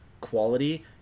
quality